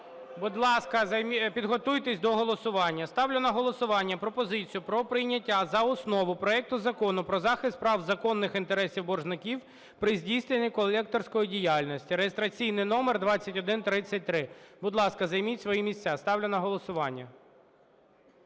Будь ласка, підготуйтесь до голосування. Ставлю на голосування пропозицію про прийняття за основу проекту Закону про захист прав та законних інтересів боржників при здійсненні колекторської діяльності (реєстраційний номер 2133). Будь ласка, займіть свої місця, ставлю на голосування.